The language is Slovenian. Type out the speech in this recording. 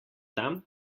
tam